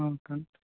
okay